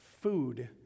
food